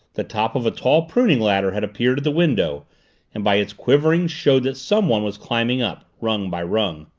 the top of a tall pruning ladder had appeared at the window and by its quivering showed that someone was climbing up, rung by rung.